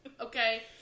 Okay